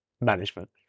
management